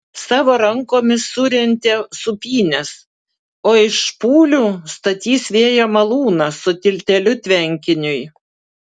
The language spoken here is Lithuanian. savo rankomis surentė sūpynes o iš špūlių statys vėjo malūną su tilteliu tvenkiniui